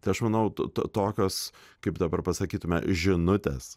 tai aš manau to tokios kaip dabar pasakytume žinutės